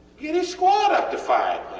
you know squat up to five